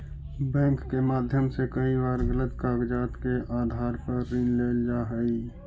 bank के माध्यम से कई बार गलत कागजात के आधार पर ऋण लेल जा हइ